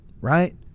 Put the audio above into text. right